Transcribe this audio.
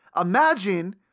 imagine